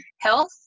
health